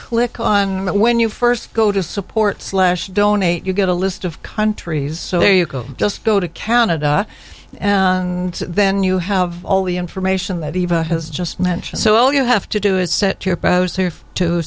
click on that when you first go to support slash donate you get a list of countries so there you go just go to canada and then you have all the information that eva has just mentioned so all you have to do is set your